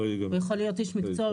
ויכול להיות איש מקצוע,